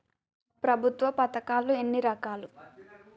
ప్రభుత్వ పథకాలు ఎన్ని రకాలు?